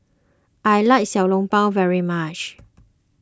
I like Xiao Long Bao very much